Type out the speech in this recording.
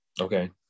Okay